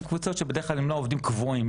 אלו קבוצות שבדרך כלל הם לא עובדים קבועים,